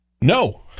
no